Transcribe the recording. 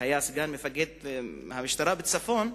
שהיה סגן מפקד המשטרה בצפון,